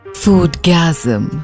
foodgasm